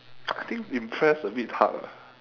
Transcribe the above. I think impressed a bit hard leh